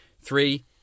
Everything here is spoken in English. three